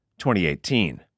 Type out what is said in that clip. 2018